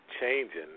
changing